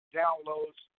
downloads